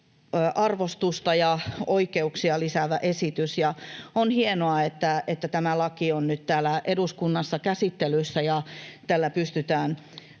arvostusta ja oikeuksia lisäävä esitys. On hienoa, että tämä laki on nyt täällä eduskunnassa käsittelyssä ja tällä pystytään